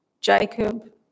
Jacob